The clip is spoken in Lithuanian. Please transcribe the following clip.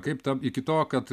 kaip tapt iki to kad